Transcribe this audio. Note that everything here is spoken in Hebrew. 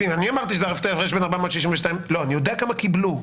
אני יודע כמה קיבלו.